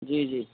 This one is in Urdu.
جی جی